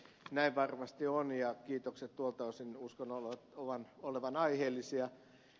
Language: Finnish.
näin varmasti on ja kiitosten tuolta osin uskon olevan aiheellisia